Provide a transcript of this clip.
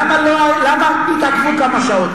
למה התעכבו כמה שעות?